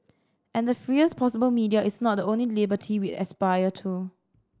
and the freest possible media is not the only liberty we aspire to